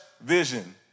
vision